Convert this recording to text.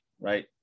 right